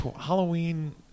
Halloween